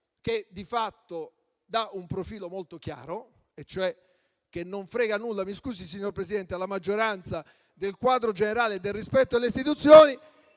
che, di fatto, dà un profilo molto chiaro e, cioè, che non frega nulla - mi scusi, signor Presidente - alla maggioranza del quadro generale e del rispetto delle istituzioni.